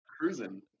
cruising